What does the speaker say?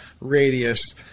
radius –